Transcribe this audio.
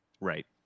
Right